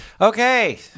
okay